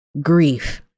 grief